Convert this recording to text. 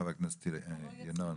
חבר הכנסת ינון.